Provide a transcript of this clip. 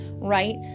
right